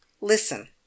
Listen